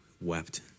wept